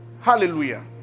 Hallelujah